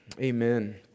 amen